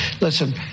Listen